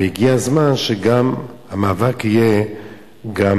והגיע הזמן שהמאבק יהיה גם